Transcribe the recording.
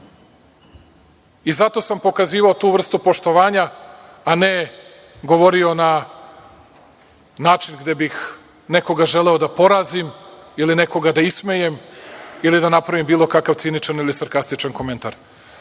sam pokazivao tu vrstu poštovanja, a ne govorio na način gde bih nekoga želeo da porazim ili nekoga da ismejem ili da napravim bilo kakav ciničan ili sarkastičan komentar. Srbija